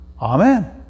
Amen